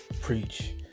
preach